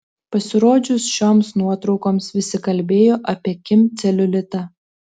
pasirodžius šioms nuotraukoms visi kalbėjo apie kim celiulitą